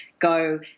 go